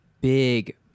big